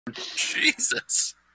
Jesus